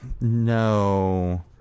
no